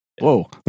whoa